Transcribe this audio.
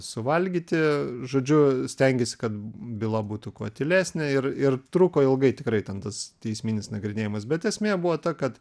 suvalgyti žodžiu stengėsi kad byla būtų kuo tylesnė ir ir truko ilgai tikrai ten tas teisminis nagrinėjamas bet esmė buvo ta kad